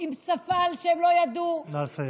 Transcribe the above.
עם שפה שהם לא ידעו, נא לסיים.